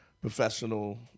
professional